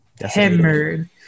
hammered